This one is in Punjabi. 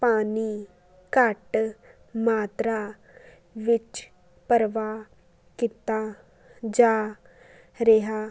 ਪਾਣੀ ਘੱਟ ਮਾਤਰਾ ਵਿੱਚ ਪਰਵਾਹ ਕੀਤਾ ਜਾ ਰਿਹਾ ਹੈ